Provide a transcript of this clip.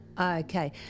Okay